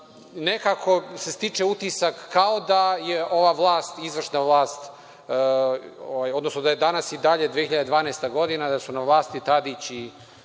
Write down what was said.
nekako se stiče utisak kao da je ova izvršna vlast, odnosno da je danas i dalje 2012. godina i da su i dalje na vlasti Tadić